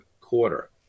quarter